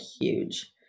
huge